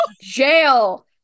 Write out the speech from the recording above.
jail